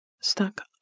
stuck